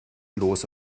los